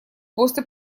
после